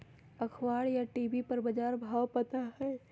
अखबार या टी.वी पर बजार के भाव पता होई?